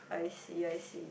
I see I see